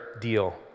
deal